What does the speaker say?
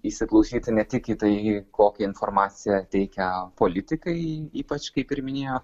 įsiklausyti ne tik į tai kokią informaciją teikia politikai ypač kaip ir minėjo